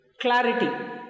Clarity